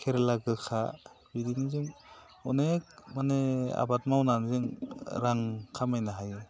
खेरला गोखा बिदिनो जों अनेख माने आबाद मावनानै रां खामायनो हायो